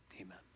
Amen